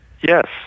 yes